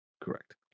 Correct